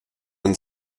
and